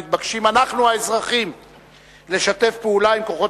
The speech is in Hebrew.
מתבקשים אנחנו האזרחים לשתף פעולה עם כוחות